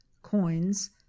coins